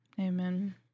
Amen